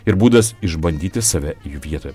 ir būdas išbandyti save jų vietoj